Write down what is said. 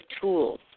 tools